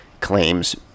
claims